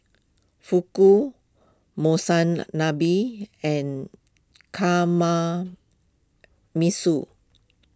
Fugu Monsunabe and